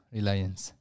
Reliance